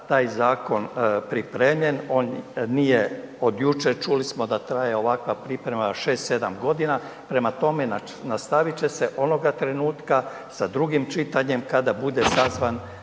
taj zakon pripremljen, on nije od jučer, čuli smo da traje ovakva priprema 6-7.g., prema tome, nastavit će se onoga trenutka sa drugim čitanjem kada bude sazvan